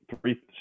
three